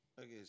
Okay